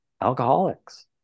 alcoholics